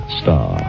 star